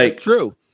true